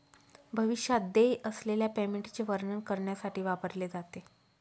भविष्यात देय असलेल्या पेमेंटचे वर्णन करण्यासाठी वापरले जाते